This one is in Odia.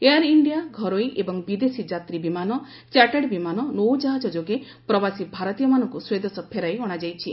ଏୟାର ଇଣ୍ଡିଆ ଘରୋଇ ଏବଂ ବିଦେଶୀ ଯାତ୍ରୀ ବିମାନ ଚାଟାର୍ଡ ବିମାନ ନୌକାହାଜ ଯୋଗେ ପ୍ରବାସୀ ଭାରତୀୟମାନଙ୍କୁ ସ୍ୱଦେଶ ଫେରାଇ ଅଣାଯାଇଛି